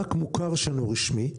רק מוכר שאינו רשמי,